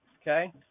okay